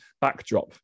backdrop